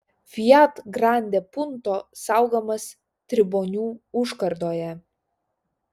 fiat grande punto saugomas tribonių užkardoje